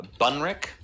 bunrick